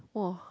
!wah!